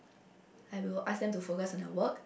I will ask them to focus on their work